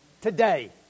Today